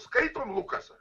skaitome lukasą